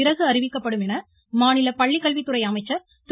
பிறகு அறிவிக்கப்படும் என மாநில பள்ளிக்கல்வித்துறை அமைச்சர் திரு